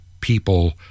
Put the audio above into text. people